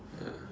ya